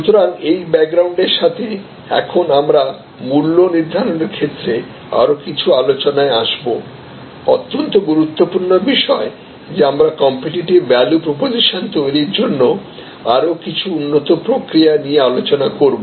সুতরাং এই ব্যাকগ্রাউন্ডের সাথে এখন আমরা মূল্য নির্ধারণের ক্ষেত্রে আরও কিছু আলোচনায় আসব অত্যন্ত গুরুত্বপূর্ণ বিষয় যে আমরা কম্পিটিটিভ ভ্যালু প্রপোজিসান তৈরির জন্য আরও কিছু উন্নত প্রক্রিয়া নিয়ে আলোচনা করব